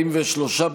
43,